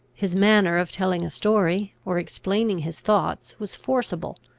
his manner of telling a story, or explaining his thoughts, was forcible,